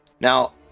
now